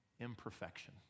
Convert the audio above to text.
imperfection